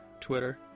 Twitter